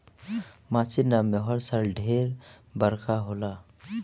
मासिनराम में हर साल ढेर बरखा होला